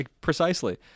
Precisely